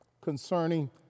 concerning